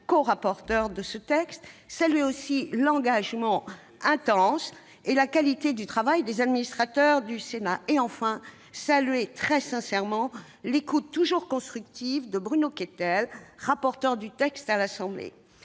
corapporteur de ce texte. Je salue l'engagement intense et la qualité du travail des administrateurs du Sénat. Enfin, je salue très sincèrement l'écoute toujours constructive de Bruno Questel, rapporteur du texte à l'Assemblée